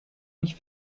mich